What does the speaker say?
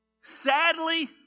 sadly